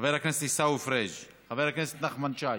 חבר הכנסת עיסאווי פריג'; חבר הכנסת נחמן שי,